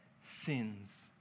sins